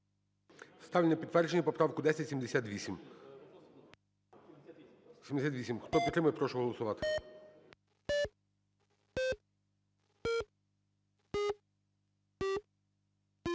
ставлю на підтвердження правку 1106. Хто підтримує, прошу голосувати.